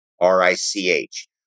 R-I-C-H